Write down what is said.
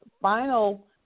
final